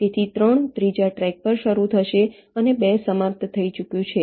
તેથી 3 ત્રીજા ટ્રેક પર શરૂ થશે અને 2 સમાપ્ત થઈ ચૂક્યું છે